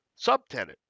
subtenant